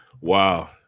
Wow